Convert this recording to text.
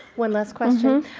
one last question.